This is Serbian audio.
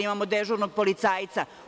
Imamo dežurnog policajca.